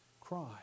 cry